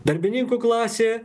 darbininkų klasė